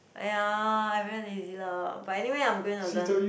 (aiya) I very lazy lah but anyway I'm going to learn